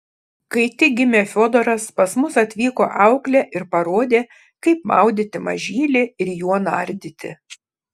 kai tik gimė fiodoras pas mus atvyko auklė ir parodė kaip maudyti mažylį su juo nardyti